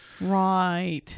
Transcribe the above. right